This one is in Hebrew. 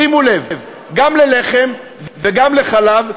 שימו לב: גם ללחם וגם לחלב,